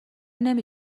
نمی